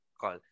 Call